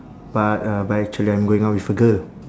but uh but actually I'm going out with a girl